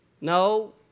no